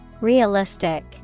Realistic